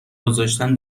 گذاشتن